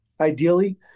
ideally